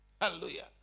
Hallelujah